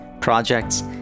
projects